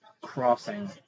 crossing